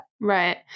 Right